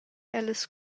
ellas